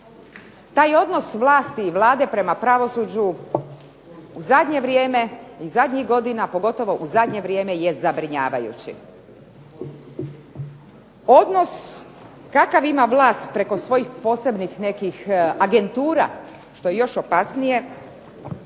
Taj odnos vlasti i Vlade prema pravosuđu u zadnje vrijeme i zadnjih godina, a pogotovo u zadnje vrijeme je zabrinjavajući. Odnos kakav ima vlast preko svojih posebnih nekih agentura što je još opasnije